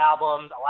albums